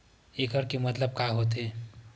एकड़ के मतलब का होथे?